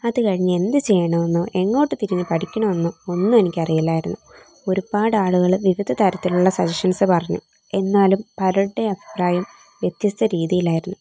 അത് കഴിഞ്ഞ് എന്ത് ചെയ്യണമെന്നോ എങ്ങോട്ട് തിരിഞ്ഞ് പഠിക്കണമെന്നോ ഒന്നും എനിക്ക് അറിയില്ലായിരുന്നു ഒരുപാട് ആളുകൾ വിവിധ തരത്തിലുള്ള സജ്ജെഷൻസ് പറഞ്ഞു എന്നാലും പലരുടെയും അഭിപ്രായം വ്യത്യസ്ത രീതിയിലായിരുന്നു